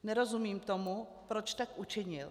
Nerozumím tomu, proč tak učinil.